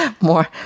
more